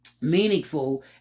meaningful